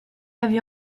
avait